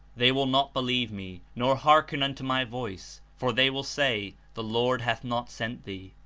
they will not believe me, nor hearken unto my voice for they will say, the lord hath not sent thee.